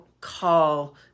call